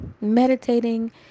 meditating